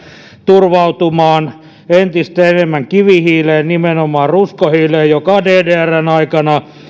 turvautumaan entistä enemmän kivihiileen nimenomaan ruskohiileen joka ddrn aikana